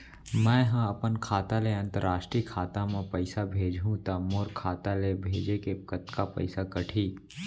मै ह अपन खाता ले, अंतरराष्ट्रीय खाता मा पइसा भेजहु त मोर खाता ले, भेजे के कतका पइसा कटही?